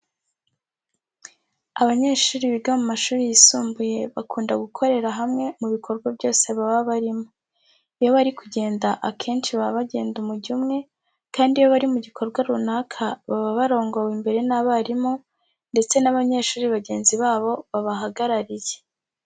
Abanyeshuri biga mu mashuri yisumbuye bakunda gukorera hamwe mu bikorwa byose baba barimo. Iyo bari kugenda akenshi baba bagenda umujyo umwe kandi iyo bari mu gikorwa runaka baba barongowe imbere n'abarimu ndetse n'abanyeshuri bagenzi babo babahagarariye.